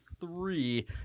three